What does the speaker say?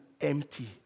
empty